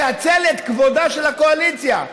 והצל את כבודה של הקואליציה.